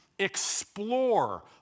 explore